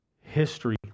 History